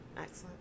Excellent